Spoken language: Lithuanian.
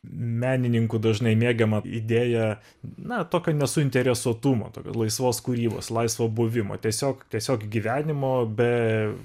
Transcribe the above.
menininkų dažnai mėgiamą idėją na tokio nesuinteresuotumo tokio laisvos kūrybos laisvo buvimo tiesiog tiesiog gyvenimo be